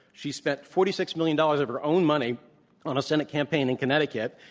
she spent forty six million dollars of her own money on a senate campaign in connecticut.